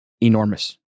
enormous